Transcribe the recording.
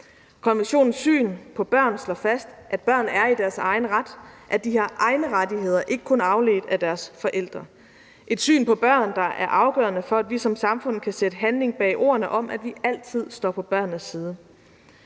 Konventionens syn på børn slår fast, at børn er i deres egen ret, at de har egne rettigheder, som ikke kun er afledt af deres forældre. Det er et syn på børn, der er afgørende for, at vi som samfund kan sætte handling bag ordene om, at vi altid står på børnenes side.